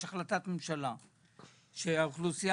יש החלטת ממשלה על כך שהאוכלוסייה